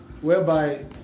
whereby